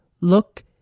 look